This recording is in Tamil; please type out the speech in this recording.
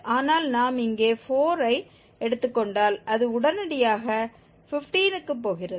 ஆனால் நாம் இங்கே 4 ஐ எடுத்துக்கொண்டால் அது உடனடியாக 15க்கு போகிறது